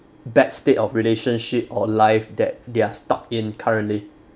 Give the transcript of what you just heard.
bad state of relationship or life that they're stuck in currently